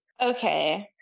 okay